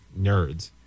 nerds